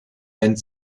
nennt